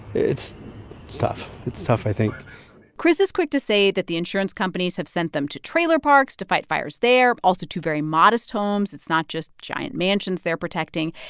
it's it's tough. it's tough, i think chris is quick to say that the insurance companies have sent them to trailer parks to fight fires there, also to very modest homes it's not just giant mansions they're protecting.